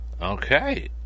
Okay